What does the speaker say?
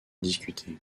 discutée